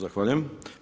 Zahvaljujem.